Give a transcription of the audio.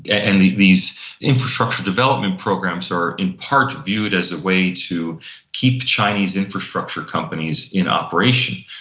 and these infrastructure development programs are in part viewed as a way to keep chinese infrastructure companies in operation.